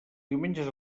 diumenges